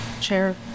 Chair